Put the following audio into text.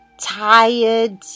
tired